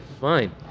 Fine